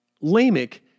Lamech